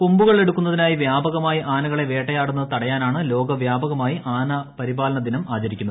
കൊമ്പുകൾ എടുക്കുന്നതിനായി വ്യാപകമായി ആനകളെ വേട്ടയാടുന്നത് തടയാനാണ് ലോകവ്യാപകമായി ആന പരിപാലന ദിനം ആചരിക്കുന്നത്